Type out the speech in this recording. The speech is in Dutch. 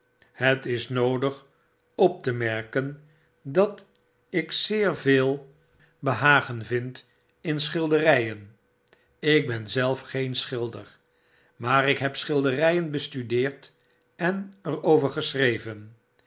het is noodig op te merken dat ik zeer veel behagen vind in schilderyen ik ben zelf geen schilder maar ik heb schilderijen bestudeerd en er over geschreven